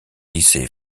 lycée